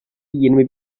yirmi